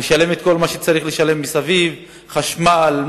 לשלם את כל מה שצריך לשלם מסביב: חשמל,